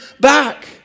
back